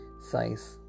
size